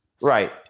Right